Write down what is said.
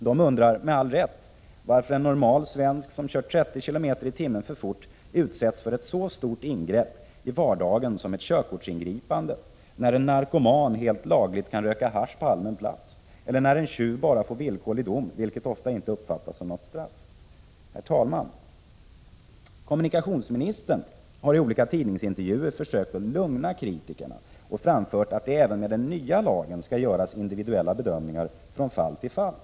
Man undrar, med all rätt, varför en normal svensk som kört 30 km/tim för fort utsätts för ett så stort ingrepp i vardagen som ett körkortsingripande, när en narkoman helt lagligt kan röka hasch på allmän plats eller när en tjuv bara får villkorlig dom, vilket ofta inte uppfattas som något straff. Herr talman! Kommunkationsministern har i olika tidningsintervjuer försökt att lugna kritikerna och framfört att det även med den nya lagen skall göras individuella bedömningar från fall till fall.